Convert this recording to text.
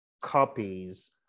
copies